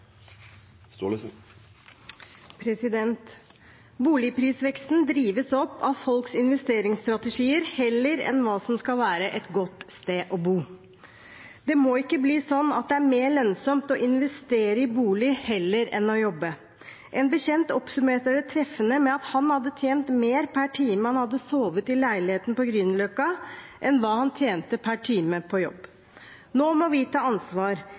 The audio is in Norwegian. drives opp av folks investeringsstrategier heller enn av hva som skal være et godt sted å bo. Det må ikke bli slik at det er mer lønnsomt å investere i bolig enn å jobbe. En bekjent oppsummerte det treffende med at han hadde tjent mer per time han hadde sovet i leiligheten på Grünerløkka, enn han tjente per time på jobb. Nå må vi ta ansvar.